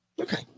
Okay